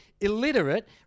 illiterate